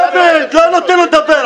דוד, לא נותן לו לדבר.